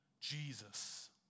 Jesus